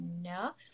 enough